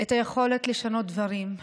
את היכולת לשנות דברים,